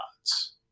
gods